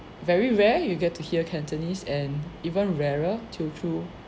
very rare you get to hear cantonese and even rarer teochew